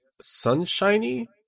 sunshiny